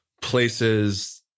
places